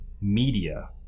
media